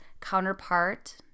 counterpart –